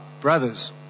brothers